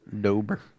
Dober